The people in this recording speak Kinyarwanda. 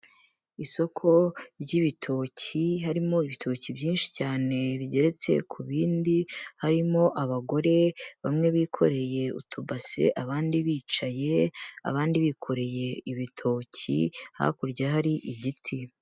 Isoko ry'ibitoki harimo ibitoki byinshi cyane, bigeretse ku bindi, harimo abagore bamwe bikoreye utubase, abandi bicaye, abandi bikoreye ibitoki, hakurya hari igiti.